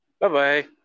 Bye-bye